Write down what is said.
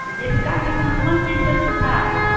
जिविकामे कोन कोन चीजकेँ सुविधा हबे